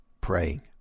praying